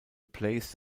place